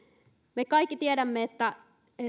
me kaikki tiedämme että